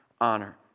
honor